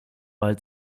weil